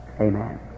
Amen